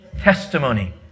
Testimony